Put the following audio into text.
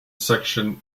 section